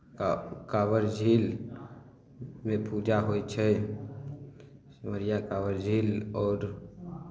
का काँवर झीलमे पूजा होइ छै सिमरिया काँवर झील आओर